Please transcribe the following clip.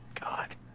God